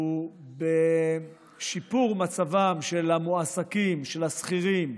הוא בשיפור מצבם של המועסקים השכירים,